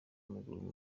w’amaguru